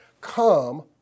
Come